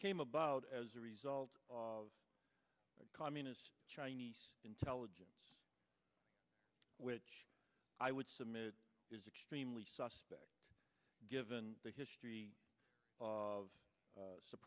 came about as a result of communist chinese intelligence which i would submit is extremely suspect given the history of